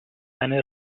seine